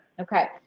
okay